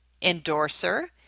endorser